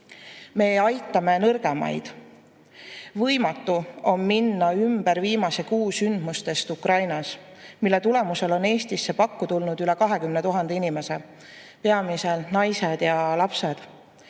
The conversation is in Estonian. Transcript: Me aitame nõrgemaid. Võimatu on minna ümber viimase kuu sündmustest Ukrainas, mille tulemusel on Eestisse pakku tulnud üle 20 000 inimese, peamiselt naised ja lapsed.